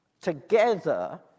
Together